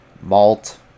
malt